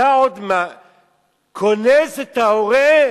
אתה עוד קונס את ההורה?